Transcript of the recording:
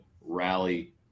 rally